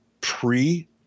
pre